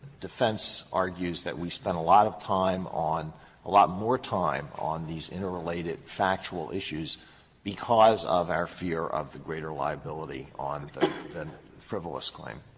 defense argues that we spent a lot of time on a lot more time on these interrelated factual issues because of our fear of the greater liability on them than the frivolous claim?